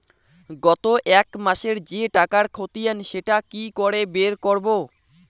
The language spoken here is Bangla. গত এক মাসের যে টাকার খতিয়ান সেটা কি করে বের করব?